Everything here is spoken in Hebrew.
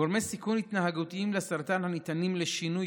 גורמי סיכון התנהגותיים לסרטן הניתנים לשינוי,